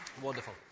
wonderful